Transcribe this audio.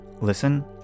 listen